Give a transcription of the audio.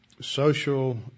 social